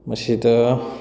ꯃꯁꯤꯗ